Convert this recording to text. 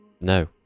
no